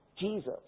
Jesus